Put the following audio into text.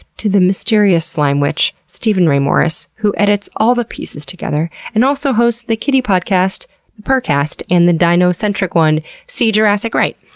to the mysterious slime witch steven ray morris who edits all the pieces together and also hosts the kitty podcast purrrcast and the dino-centric see jurassic right.